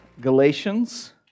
Galatians